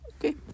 Okay